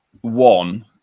one